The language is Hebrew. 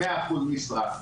מאה אחוז משרה.